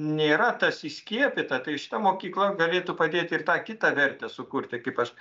nėra tas įskiepyta tai šita mokykla galėtų padėti ir tą kitą vertę sukurti kaip aš